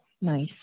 nice